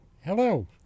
Hello